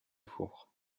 four